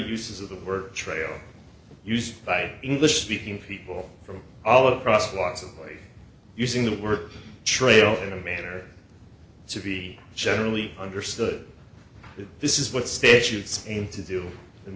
uses of the word trail used by english speaking people from all across lots of ways using the word trail in a manner to be generally understood this is what statutes aim to do and